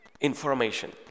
information